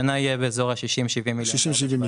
השנה יהיה באזור ה-70-60 מיליון.